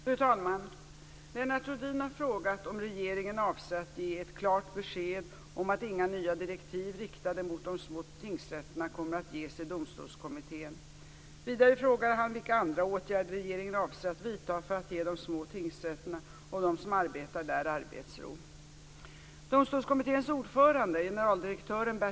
Fru talman! Lennart Rohdin har frågat om regeringen avser att ge ett klart besked om att inga nya direktiv riktade mot de små tingsrätterna kommer att ges till Domstolskommittén. Vidare frågar han vilka andra åtgärder regeringen avser att vidta för att ge de små tingsrätterna och dem som arbetar där arbetsro.